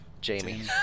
Jamie